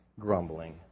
Grumbling